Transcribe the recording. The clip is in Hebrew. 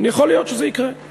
יכול להיות שזה יקרה,